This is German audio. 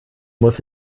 muss